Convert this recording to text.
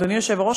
אדוני היושב-ראש,